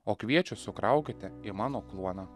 o kviečius sukraukite į mano kluoną